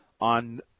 on